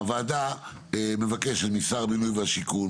הוועדה מבקשת משר הבינוי והשיכון,